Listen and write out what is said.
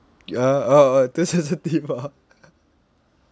uh uh uh don't sensitive ah